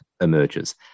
emerges